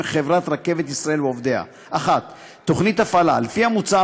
"חברת רכבת" ישראל ועובדיה: 1. תוכנית הפעלה: לפי המוצע,